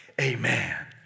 Amen